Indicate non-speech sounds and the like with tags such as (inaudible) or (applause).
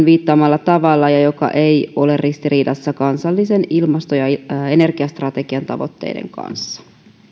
(unintelligible) viittaamalla tavalla ja joka ei ole ristiriidassa kansallisen ilmasto ja energiastrategian tavoitteiden kanssa